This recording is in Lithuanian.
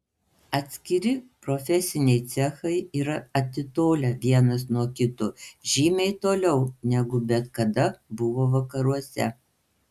atskiri profesiniai cechai yra atitolę vienas nuo kito žymiai toliau negu bet kada buvo vakaruose